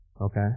Okay